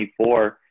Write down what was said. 24